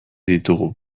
ditugu